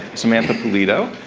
samantha pulido,